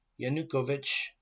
Yanukovych